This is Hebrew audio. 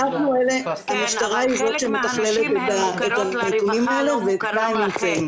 המשטרה היא זו שמתכללת את הנתונים האלה ואצלה הם נמצאים.